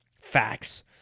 Facts